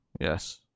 Yes